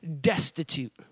destitute